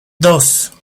dos